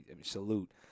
salute